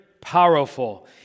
powerful